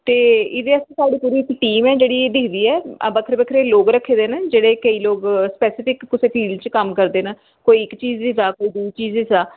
ते एह्दे आस्तै साढ़ी पूरी इक टीम ऐ जेह्ड़ी एह् दिखदी ऐ बक्खरे बक्खरे लोक रक्खे दे न जेह्ड़े केईं लोक स्पैसीफिक कुसै इक फील्ड च कम्म करदे न कोई इक चीज च जा जां दुई चीज च जा